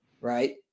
right